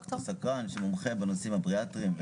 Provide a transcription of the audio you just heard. ד"ר סקרן שמומחה בנושאים הבריאטריים.